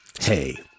Hey